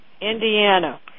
Indiana